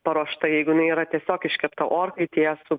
paruošta jeigu jinai yra tiesiog iškepta orkaitėje su